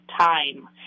time